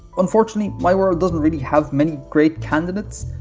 unfortunately, my world doesn't really have many great candidates.